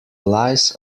lies